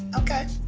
ok.